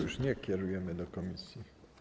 już nie kierujemy do komisji.